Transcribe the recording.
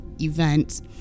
event